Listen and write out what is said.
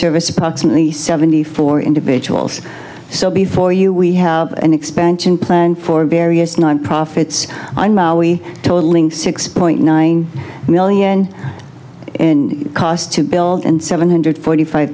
service approximately seventy four individuals so before you we have an expansion plan for various nonprofits totaling six point nine million in cost to build and seven hundred forty five